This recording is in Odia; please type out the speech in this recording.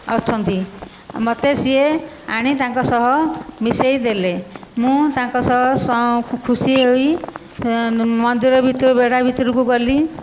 ଅଛନ୍ତି ମୋତେ ସିଏ ଆଣି ତାଙ୍କ ସହ ମିଶେଇଦେଲେ ମୁଁ ତାଙ୍କ ସହ ଖୁସି ହୋଇ ମନ୍ଦିର ଭିତରୁ ବେଢ଼ା ଭିତରକୁ ଗଲି